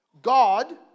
God